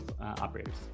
operators